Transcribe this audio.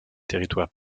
territoires